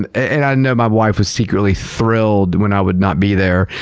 and and i know my wife was secretly thrilled when i would not be there.